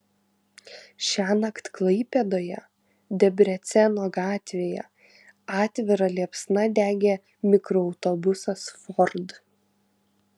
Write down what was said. šiąnakt klaipėdoje debreceno gatvėje atvira liepsna degė mikroautobusas ford